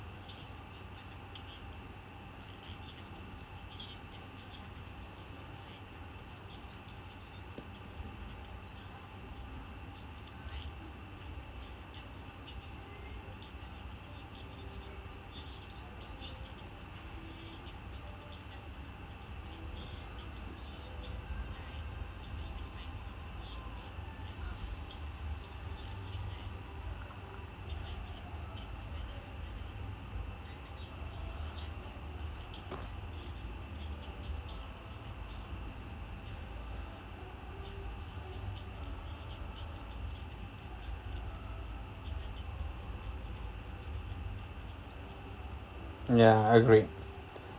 ya agreed